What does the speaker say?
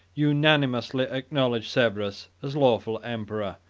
unanimously acknowledged severus as lawful emperor,